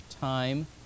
time